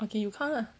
okay you count lah